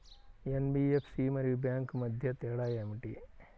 NBFC మరియు bank మధ్య తేడా ఏమిటీ?